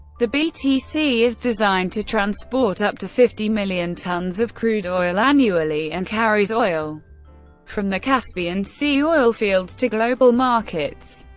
the btc is designed to transport up to fifty million tons of crude oil annually and carries oil from the caspian sea oilfields to global markets.